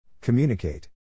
Communicate